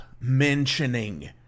mentioning